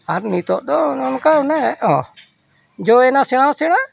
ᱟᱨ ᱱᱤᱛᱚᱜ ᱫᱚ ᱚᱱᱮ ᱚᱱᱠᱟ ᱚᱱᱮ ᱚᱸᱻ ᱡᱚᱭ ᱮᱱᱟ ᱥᱮᱬᱟ ᱥᱮᱬᱟ